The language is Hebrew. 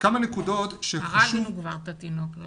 כבר הרגנו את התינוק.